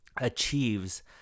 achieves